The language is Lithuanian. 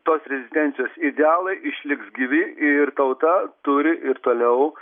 tos rezidencijos idealai išliks gyvi ir tauta turi ir toliau